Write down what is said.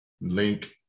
link